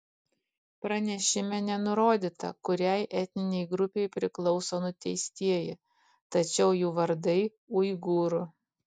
pranešime nenurodyta kuriai etninei grupei priklauso nuteistieji tačiau jų vardai uigūrų